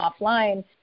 offline